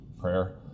prayer